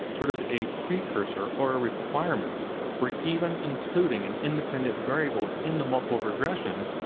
sort of a precursor, or a requirement for even including an independent variable in the multiple regression,